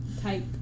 type